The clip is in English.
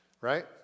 right